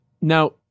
Now